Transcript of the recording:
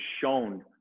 shown